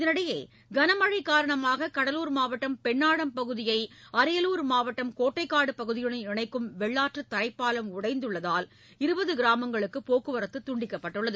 இதனிடையே கனமழை காரணமாக கடலூர் மாவட்டம் பெண்ணாடம் பகுதியை அரியலூர் மாவட்டம் கோட்டைக்காடு பகுதியுடன் இணைக்கும் வெள்ளாற்று தரைப்பாலம் உடைந்துள்ளதால் இருபது கிராமங்களுக்கு போக்குவரத்து துண்டிக்கப்பட்டுள்ளது